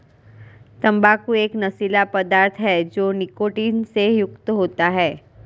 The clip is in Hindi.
तंबाकू एक नशीला पदार्थ है जो निकोटीन से युक्त होता है